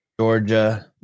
Georgia